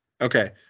Okay